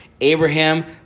Abraham